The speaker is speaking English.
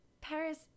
Paris